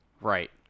Right